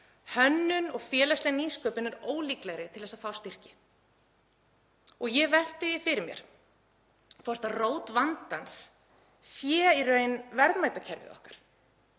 hönnun og félagsleg nýsköpun er ólíklegri til að fá styrki. Ég velti því fyrir mér hvort rót vandans sé í raun verðmætakerfið okkar,